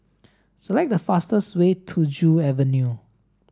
select the fastest way to Joo Avenue